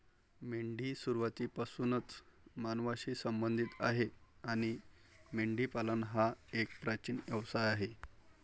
मेंढी सुरुवातीपासूनच मानवांशी संबंधित आहे आणि मेंढीपालन हा एक प्राचीन व्यवसाय आहे